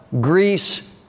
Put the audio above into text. Greece